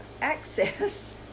access